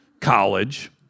college